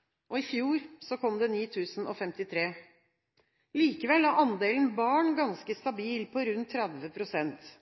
søkere. I fjor kom det 9 053. Likevel er andelen barn ganske stabil på rundt 30 pst.